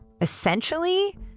Essentially